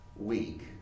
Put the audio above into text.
week